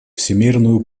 всемерную